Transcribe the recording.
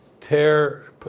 tear